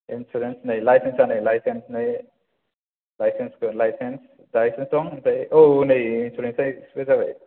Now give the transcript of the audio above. insurance नै लाइसेन्सा नै लाइसेन्सखौ दं ओमफ्राय औ नै इन्सुरेन्स आ एक्सपायार जाबाय